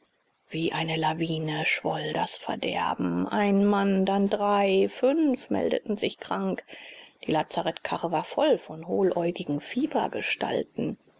wie eine lawine schwoll das verderben ein mann dann drei fünf meldeten sich krank die lazarettkarre war voll von